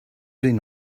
really